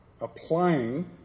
Applying